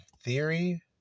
theory